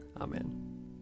Amen